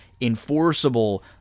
Enforceable